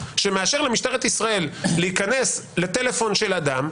למשטרת ישראל להיכנס לטלפון של אדם,